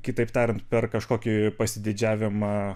kitaip tariant per kažkokį pasididžiavimą